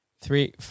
three